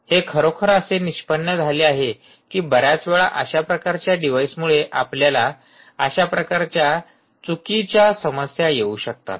हे खरोखर असे निष्पन्न झाले आहे की बऱ्याच वेळा अशा प्रकारच्या डिव्हाइस मुळे आपल्याला अशा प्रकारच्या चुकीच्या समस्या येऊ शकतात